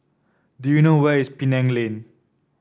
do you know where is Penang Lane